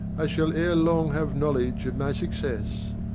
i shall ere long have knowledge of my success.